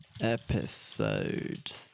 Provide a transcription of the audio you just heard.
Episode